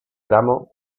tramo